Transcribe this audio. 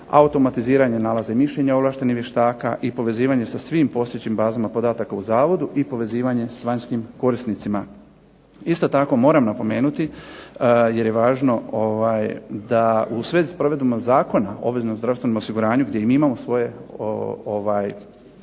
automatiziranje nalaza i mišljenja ovlaštenih vještaka i povezivanje sa svim postojećim bazama podataka u zavodu, i povezivanje s vanjskim korisnicima. Isto tako moram napomenuti jer je važno da u svezi s provedbama Zakona o obveznom zdravstvenom osiguranju gdje mi imamo svoje